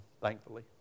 thankfully